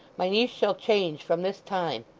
my niece shall change from this time.